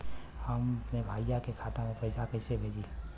हम अपने भईया के खाता में पैसा कईसे भेजी?